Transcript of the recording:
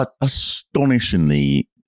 astonishingly